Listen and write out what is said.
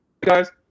guys